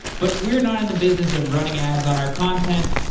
but we're not in the business of running ads on our content.